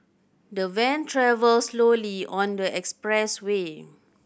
the van travelled slowly on the express way